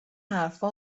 حرفها